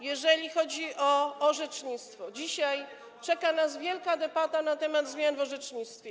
Jeżeli chodzi o orzecznictwo, to dzisiaj czeka nas wielka debata na temat zmian w orzecznictwie.